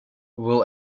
will